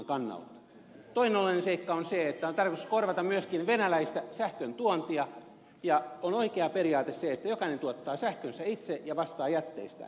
toinen oleellinen seikka on se että on tarkoitus korvata myöskin venäläistä sähköntuontia ja on oikea periaate se että jokainen tuottaa sähkönsä itse ja vastaa jätteistään